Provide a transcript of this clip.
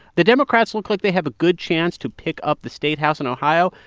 the democrats look like they have a good chance to pick up the statehouse in ohio.